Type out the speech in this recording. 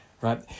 right